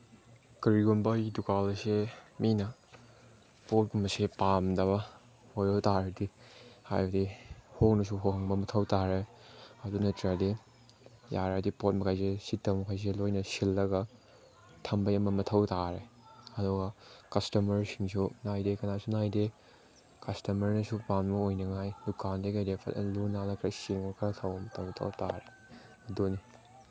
ꯀꯔꯤꯒꯨꯝꯕ ꯑꯩꯒꯤ ꯗꯨꯀꯥꯟ ꯑꯁꯦ ꯃꯤꯅ ꯄꯣꯠꯀꯨꯝꯕꯁꯦ ꯄꯥꯝꯗꯕ ꯑꯣꯏꯕ ꯇꯥꯔꯗꯤ ꯍꯥꯏꯕꯗꯤ ꯍꯣꯡꯅꯁꯨ ꯍꯣꯡꯕ ꯃꯊꯧ ꯇꯥꯔꯦ ꯑꯗꯨ ꯅꯠꯇ꯭ꯔꯗꯤ ꯌꯥꯔꯗꯤ ꯄꯣꯠ ꯃꯈꯩꯁꯦ ꯁꯤꯠꯇꯕ ꯃꯈꯩꯁꯦ ꯂꯣꯏꯅ ꯁꯤꯠꯂꯒ ꯊꯝꯕꯒꯤ ꯑꯃ ꯃꯊꯧ ꯇꯥꯔꯦ ꯑꯗꯨꯒ ꯀꯁꯇꯃꯔꯁꯤꯡꯁꯨ ꯅꯥꯏꯗꯦ ꯀꯅꯥꯁꯨ ꯅꯥꯏꯗꯦ ꯀꯁꯇꯃꯔꯅꯁꯨ ꯄꯥꯝꯕ ꯑꯣꯏꯅꯉꯥꯏ ꯗꯨꯀꯥꯟꯗꯒꯤ ꯀꯩꯗꯒꯤ ꯐꯖꯅ ꯂꯨꯅ ꯅꯥꯜꯂ ꯐꯖꯅ ꯁꯦꯡꯉꯒ ꯈꯔ ꯇꯧꯕ ꯃꯊꯧ ꯇꯥꯔꯦ ꯑꯗꯨꯅꯤ